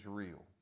real